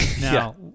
Now